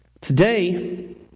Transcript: Today